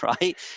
right